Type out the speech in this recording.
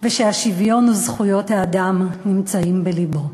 ושהשוויון וזכויות האדם נמצאים בלבו.